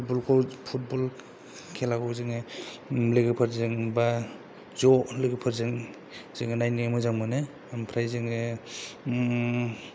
football खौ football खेलाखौ जोङो लोगोफोरजों बा ज' लोगोफोरजों जोङो नायनो मोजां मोनो ओमफ्राय जोङो